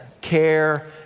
care